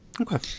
Okay